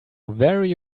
very